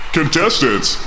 Contestants